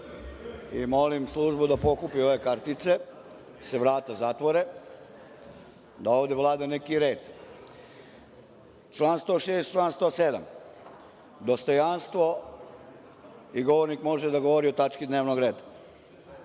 i molim službu da pokupi ove kartice da se vrata zatvore da ovde vlada neki red. Član 106, član 107. Dostojanstvo i govornik može da govori o tački dnevnog reda.